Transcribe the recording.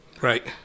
Right